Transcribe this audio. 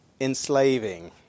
enslaving